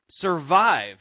survive